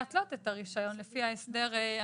עד להחלטת השר בעניינו של הרופא לפי סעיף 41,